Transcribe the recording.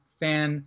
fan